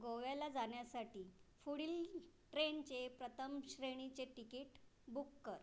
गोव्याला जाण्यासाठी पुढील ट्रेनचे प्रथम श्रेणीचे तिकीट बुक कर